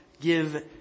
give